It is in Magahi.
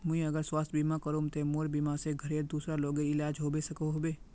मुई अगर स्वास्थ्य बीमा करूम ते मोर बीमा से घोरेर दूसरा लोगेर इलाज होबे सकोहो होबे?